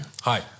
Hi